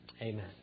Amen